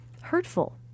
hurtful